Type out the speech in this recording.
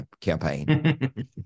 campaign